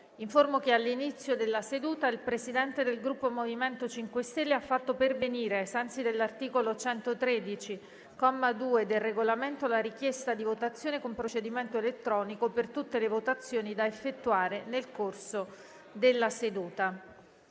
che all'inizio della seduta il Presidente del Gruppo MoVimento 5 Stelle ha fatto pervenire, ai sensi dell'articolo 113, comma 2, del Regolamento, la richiesta di votazione con procedimento elettronico per tutte le votazioni da effettuare nel corso della seduta.